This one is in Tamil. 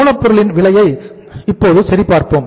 மூலப் பொருளின் விலையை சரி பார்ப்போம்